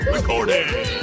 Recording